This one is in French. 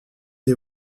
des